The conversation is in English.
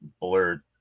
blurred